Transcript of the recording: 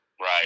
Right